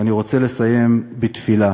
אני רוצה לסיים בתפילה